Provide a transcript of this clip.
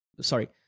sorry